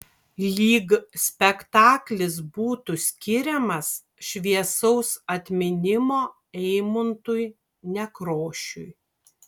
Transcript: lyg spektaklis būtų skiriamas šviesaus atminimo eimuntui nekrošiui